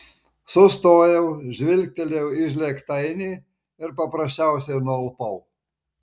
sustojau žvilgtelėjau į žlėgtainį ir paprasčiausiai nualpau